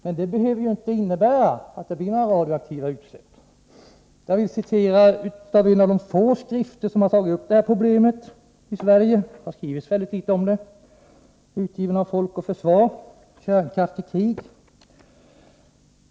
Men anfall behöver inte innebära att det blir några radioaktiva utsläpp. Jag vill citera ur en av de få skrifter som har tagit upp detta problem i Sverige — det har skrivits mycket litet om detta — utgiven av Folk och försvar, ”Kärnkraft i krig”.